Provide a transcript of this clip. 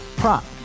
prop